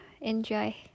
Enjoy